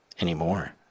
anymore